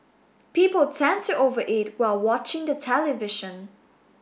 people tend to over eat while watching the television